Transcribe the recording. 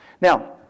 Now